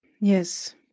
Yes